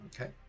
Okay